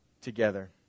Together